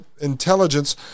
intelligence